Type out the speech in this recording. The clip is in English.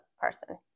person